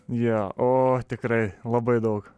jo o tikrai labai daug